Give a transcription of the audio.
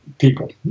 people